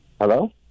Hello